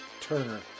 Turner